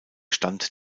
stand